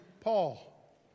Paul